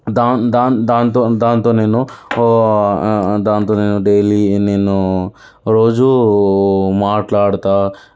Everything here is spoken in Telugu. దాం దాం దానితో దానితో నేను దాంతో నేను డైలీ నేను రోజూ మాట్లాడతాను